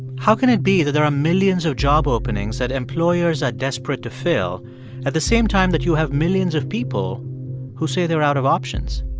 how can it be that there are millions of job openings that employers are desperate to fill at the same time that you have millions of people who say they're out of options?